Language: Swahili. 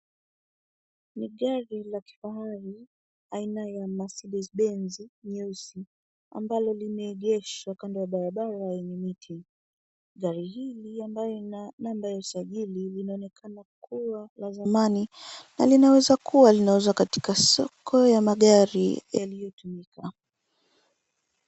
Ni gari la kifahari ,aina ya masidisi benzi nyeusi ,ambalo limeegeshwa kando ya barabara yenye miti. Gari hili ambayo ina namba ya usajili inaonekana kuwa la zamani na linawezakuwa linauzwa katika soko ya magari yaliyotumika.